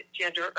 gender